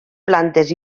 plantes